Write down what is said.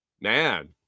Man